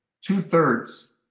two-thirds